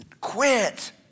quit